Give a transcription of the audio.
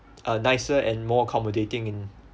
uh nicer and more accommodating in